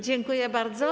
Dziękuję bardzo.